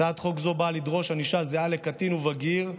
הצעת חוק זו באה לדרוש ענישה זהה לקטין ובגיר,